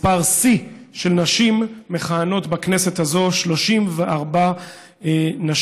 מספר שיא של נשים מכהנות בכנסת הזאת, 34 נשים.